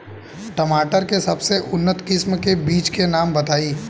टमाटर के सबसे उन्नत किस्म के बिज के नाम बताई?